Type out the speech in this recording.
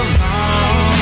long